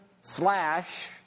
slash